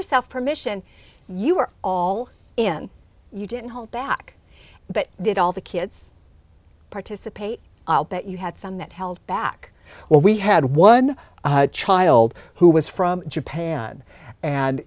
yourself permission you were all and you didn't hold back that did all the kids participate but you had some that held back well we had one child who was from japan and